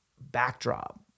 backdrop